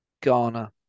Ghana